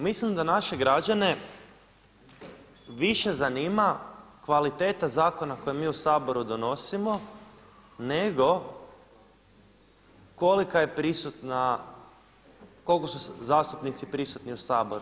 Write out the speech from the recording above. Mislim da naše građane više zanima kvaliteta zakona koje mi u Saboru donosimo nego kolika je prisutna, koliko su zastupnici prisutni u Saboru.